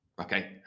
Okay